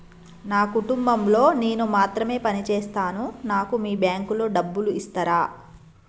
నా కుటుంబం లో నేను మాత్రమే పని చేస్తాను నాకు మీ బ్యాంకు లో డబ్బులు ఇస్తరా?